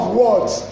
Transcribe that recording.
words